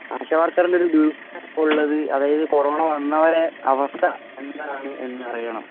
ആശാവര്ക്കറിൻറ്റൊരു ഇപ്പോള് ഉള്ളത് അതായത് കൊറോണ വന്നവരെ അവസ്ഥ എന്താണ് എന്നറിയണം